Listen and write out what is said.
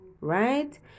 right